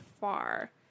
far